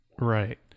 Right